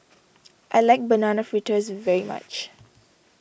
I like Banana Fritters very much